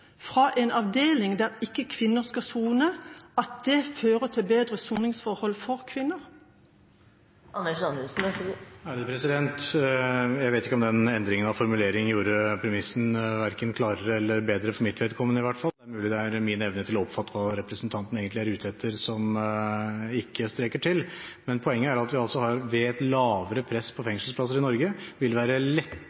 fra en avdeling, der kvinner ikke skal sone, fører det til bedre soningsforhold for kvinner? Jeg vet ikke om den endringen av formulering gjorde premissene verken klarere eller bedre, for mitt vedkommende i hvert fall. Det er mulig det er min evne til å oppfatte hva representanten egentlig er ute etter, som ikke strekker til, men poenget er at det ved et lavere press på